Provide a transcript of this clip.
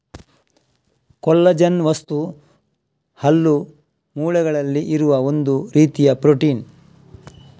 collagen ವಸ್ತು ಹಲ್ಲು, ಮೂಳೆಗಳಲ್ಲಿ ಇರುವ ಒಂದು ರೀತಿಯ ಪ್ರೊಟೀನ್